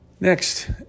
Next